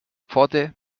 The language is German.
pforte